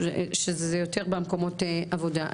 שזה יותר במקומות העבודה.